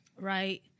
Right